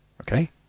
okay